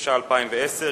התש"ע 2010,